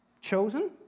chosen